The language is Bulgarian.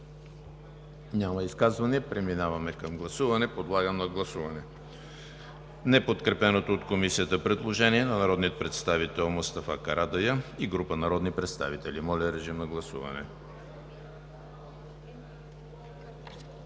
Няма. Преминаваме към гласуване. Подлагам на гласуване неподкрепеното от Комисията предложение на народния представител Мустафа Карадайъ и група народни представители. Гласували